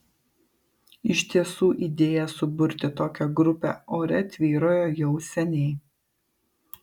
iš tiesų idėja suburti tokią grupę ore tvyrojo jau seniai